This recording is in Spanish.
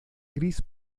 gris